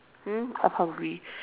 hmm I'm hungry